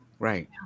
Right